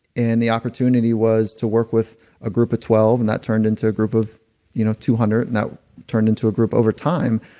and the opportunity was to work with a group of twelve and that turned into a group of you know two hundred, and that turned into a group, over time,